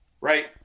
right